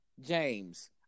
James